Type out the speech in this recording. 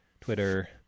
Twitter